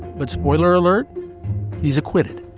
but spoiler alert he's acquitted.